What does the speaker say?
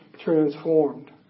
transformed